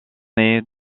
est